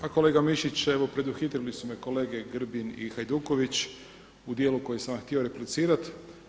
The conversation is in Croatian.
A kolega Mišić, evo preduhitrili su me kolege Grbin i Hajduković u dijelu koji sam vam htio replicirati.